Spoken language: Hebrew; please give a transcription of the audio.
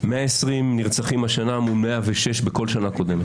120 נרצחים השנה מול 106 בכל שנה קודמת.